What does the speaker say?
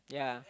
yeah